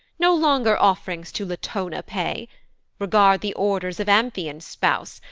nor longer off'rings to latona pay regard the orders of amphion's spouse,